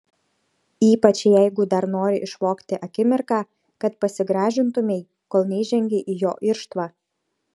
ypač jeigu dar nori išvogti akimirką kad pasigražintumei kol neįžengei į jo irštvą